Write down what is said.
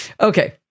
Okay